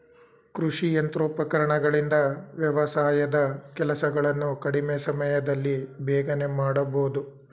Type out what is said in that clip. ಕೃಷಿ ಯಂತ್ರೋಪಕರಣಗಳಿಂದ ವ್ಯವಸಾಯದ ಕೆಲಸಗಳನ್ನು ಕಡಿಮೆ ಸಮಯದಲ್ಲಿ ಬೇಗನೆ ಮಾಡಬೋದು